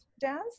dance